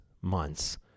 months